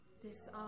disarm